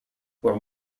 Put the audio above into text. where